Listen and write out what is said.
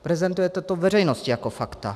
Prezentujete to veřejnosti jako fakta.